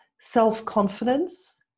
self-confidence